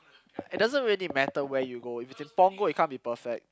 it doesn't really matter where you go if it's in Punggol it can't be perfect